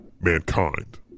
mankind